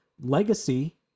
legacy